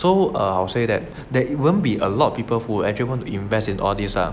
so err I'll say that there won't be a lot of people who actually want to invest in all these ah